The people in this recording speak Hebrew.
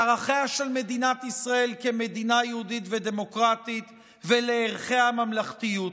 לערכיה של מדינת ישראל כמדינה יהודית ודמוקרטית ולערכי הממלכתיות.